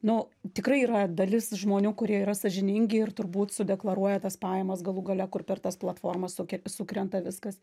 nu tikrai yra dalis žmonių kurie yra sąžiningi ir turbūt sudeklaruoja tas pajamas galų gale kur per tas platformas suke sukrenta viskas